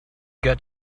got